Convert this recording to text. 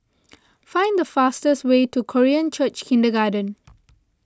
find the fastest way to Korean Church Kindergarten